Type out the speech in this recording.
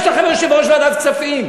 יש לכם יושב-ראש ועדת כספים,